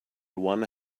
one